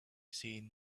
seen